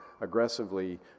aggressively